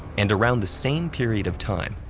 and around the same period of time,